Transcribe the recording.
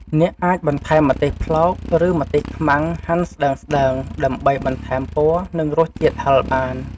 អ្នកអាចបន្ថែមម្ទេសប្លោក ឬម្ទេសខ្មាំងហាន់ស្តើងៗ ដើម្បីបន្ថែមពណ៌ និងរសជាតិហឹរបាន។